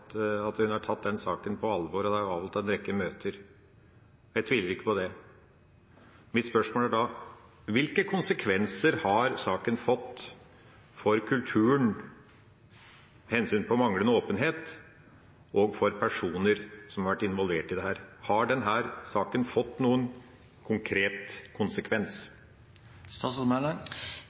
den saken på alvor, og det er avholdt en rekke møter. Jeg tviler ikke på det. Mitt spørsmål er da: Hvilke konsekvenser har saken fått for kulturen med hensyn til manglende åpenhet og for personer som har vært involvert i dette? Har denne saken fått noen konkret konsekvens?